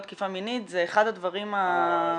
תקיפה מינית זה אחד הדברים --- נכון.